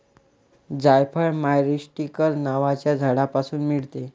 जायफळ मायरीस्टीकर नावाच्या झाडापासून मिळते